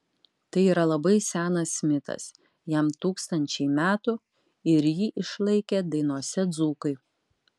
tai yra labai senas mitas jam tūkstančiai metų ir jį išlaikė dainose dzūkai